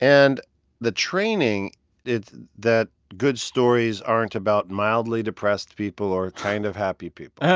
and the training is that good stories aren't about mildly depressed people or kind of happy people yeah